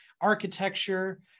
architecture